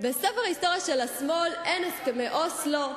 בנימין נתניהו, אין הסכמי אוסלו,